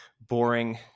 boring